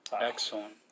Excellent